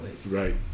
Right